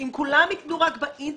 אם כולם יקנו רק באינטרנט